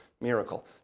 miracle